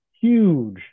huge